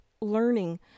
learning